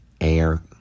air